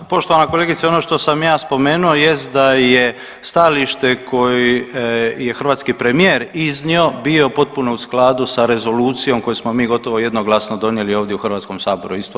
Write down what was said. Da, poštovana kolegice ono što sam ja spomenuo jest da je stajalište koje je hrvatski premijer iznio bio potpuno u skladu sa rezolucijom koju smo mi gotovo jednoglasno donijeli ovdje u Hrvatskom saboru i stojim iza toga.